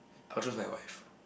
I'll choose my wife